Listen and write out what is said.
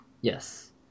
Yes